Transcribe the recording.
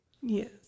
Yes